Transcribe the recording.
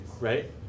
right